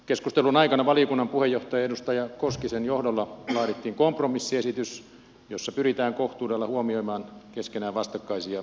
keskustelun aikana valiokunnan puheenjohtaja edustaja koskisen johdolla laadittiin kompromissiesitys jossa pyritään kohtuudella huomioimaan keskenään vastakkaisia intressejä